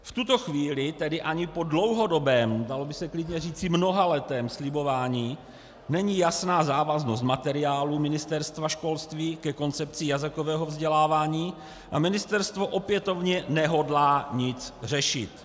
V tuto chvíli tedy ani po dlouhodobém, dalo by se klidně říci mnohaletém slibování není jasná závaznost materiálu Ministerstva školství ke koncepci jazykového vzdělávání a ministerstvo opětovně nehodlá nic řešit.